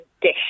Dish